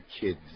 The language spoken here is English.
kids